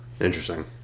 Interesting